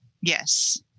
Yes